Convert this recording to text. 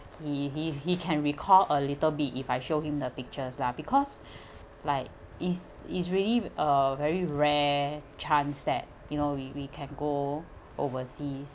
he he he can recall a little bit if I show him the pictures lah because like is is really uh very rare chance that you know we we can go overseas